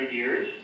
years